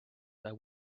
that